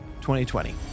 2020